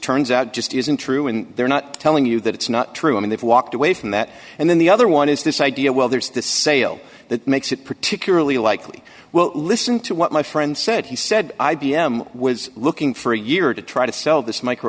turns out just isn't true and they're not telling you that it's not true and they've walked away from that and then the other one is this idea well there's the sale that makes it particularly likely well listen to what my friend said he said i b m was looking for a year to try to sell this micro